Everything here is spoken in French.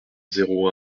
zéro